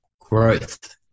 growth